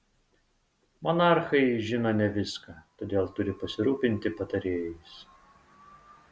monarchai žino ne viską todėl turi pasirūpinti patarėjais